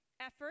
effort